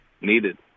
needed